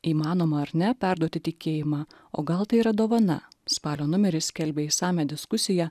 įmanoma ar ne perduoti tikėjimą o gal tai yra dovana spalio numeris skelbia išsamią diskusiją